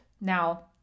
Now